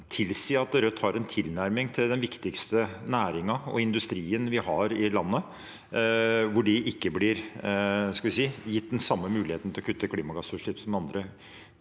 tilsi at Rødt har en tilnærming til den viktigste næringen og industrien vi har i landet der de ikke blir – skal vi si – gitt den samme muligheten til å kutte klimagassutslipp som andre.